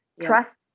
Trust